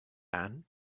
ann